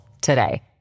today